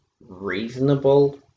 reasonable